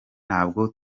ntabwo